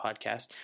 podcast